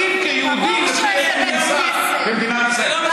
כיהודים לפי איזשהו ממסד במדינת ישראל.